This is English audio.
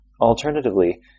Alternatively